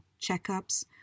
checkups